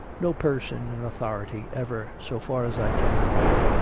no person in authority ever, so far as i can remember,